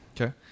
Okay